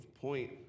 point